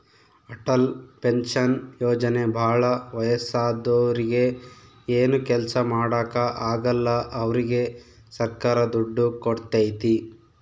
Atal pension ಯೋಜನೆ ಭಾಳ ವಯಸ್ಸಾದೂರಿಗೆ ಏನು ಕೆಲ್ಸ ಮಾಡಾಕ ಆಗಲ್ಲ ಅವ್ರಿಗೆ ಸರ್ಕಾರ ದುಡ್ಡು ಕೋಡ್ತೈತಿ